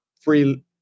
free